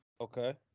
Okay